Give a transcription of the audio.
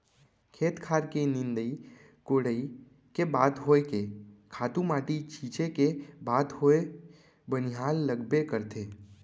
खेत खार के निंदई कोड़ई के बात होय के खातू माटी छींचे के बात होवय बनिहार लगबे करथे